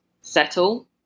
settle